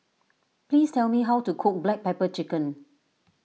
please tell me how to cook Black Pepper Chicken